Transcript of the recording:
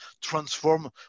transform